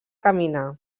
caminar